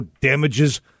damages